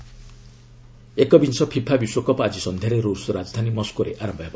FIFA world cup ଏକବିଂଶ FIFA ବିଶ୍ୱକପ୍ ଆଜି ସନ୍ଧ୍ୟାରେ ରୁଷ୍ ରାଜଧାନୀ ମସ୍କୋରେ ଆରମ୍ଭ ହେବ